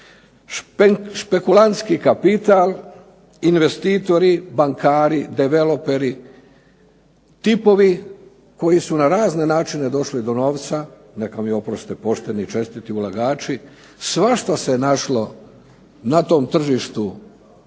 Špekulantski kapital, investitori, bankari, debeloperi, tipovi koji su na razne načine došli do novca, neka mi oproste pošteni i čestiti ulagači, svašta se našlo na tom tržištu